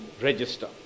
register